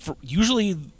usually